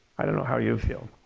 i don't know how you feel.